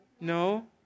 No